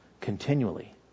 continually